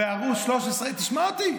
בערוץ 13, תשמע אותי.